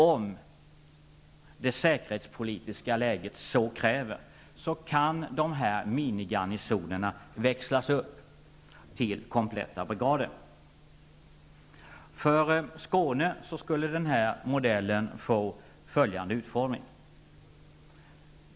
Om det säkerhetspolitiska läget så kräver, kan minigarnisonerna växlas upp till kompletta brigader. För Skåne skulle den här modellen få följande utformning.